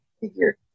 figure